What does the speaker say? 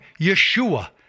Yeshua